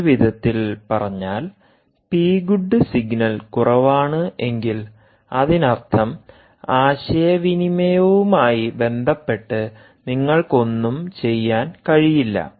മറ്റൊരു വിധത്തിൽ പറഞ്ഞാൽ പി ഗുഡ് സിഗ്നൽ കുറവാണ് എങ്കിൽ അതിനർത്ഥം ആശയവിനിമയവുമായി ബന്ധപ്പെട്ട് നിങ്ങൾക്കൊന്നും ചെയ്യാൻ കഴിയില്ല